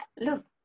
look